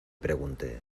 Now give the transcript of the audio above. pregunté